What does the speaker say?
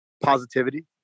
positivity